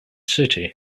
city